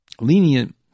lenient